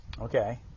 Okay